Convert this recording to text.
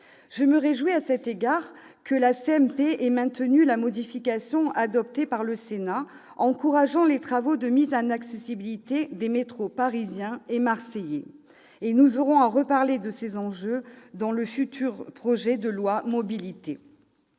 Je me réjouis, à cet égard, que la commission mixte paritaire ait maintenu la modification adoptée par le Sénat, visant à encourager les travaux de mise en accessibilité des métros parisien et marseillais. Nous aurons à reparler de ces enjeux dans le futur projet de loi « mobilités